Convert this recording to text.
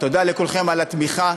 תודה לכולכם על התמיכה.